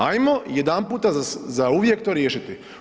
Ajmo jedanputa za uvijek to riješiti.